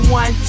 one